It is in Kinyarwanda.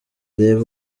urebe